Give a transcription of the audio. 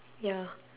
ya